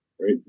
right